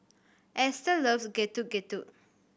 Ester loves Getuk Getuk